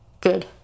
good